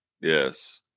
Yes